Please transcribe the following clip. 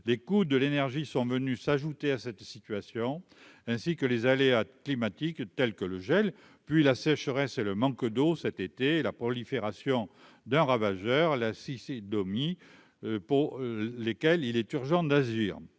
les coûts de l'énergie sont venus s'ajouter à cette situation, ainsi que les aléas climatiques telles que le gel, puis la sécheresse et le manque d'eau cet été et la prolifération d'un ravageur la Cissé Domi, pour lesquels il est urgent d'agir,